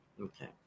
Okay